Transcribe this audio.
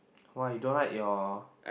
why you don't like your